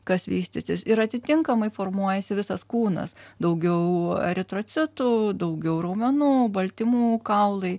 kas vystytis ir atitinkamai formuojasi visas kūnas daugiau eritrocitų daugiau raumenų baltymų kaulai